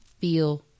feel